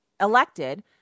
elected